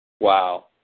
wow